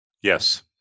Yes